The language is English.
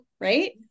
Right